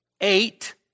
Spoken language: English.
eight